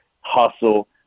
hustle